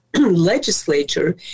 legislature